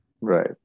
Right